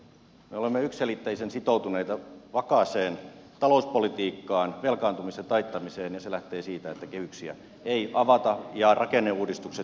me olemme yksiselitteisen sitoutuneita vakaaseen talouspolitiikkaan velkaantumisen taittamiseen ja se lähtee siitä että kehyksiä ei avata ja rakenneuudistukset viedään maaliin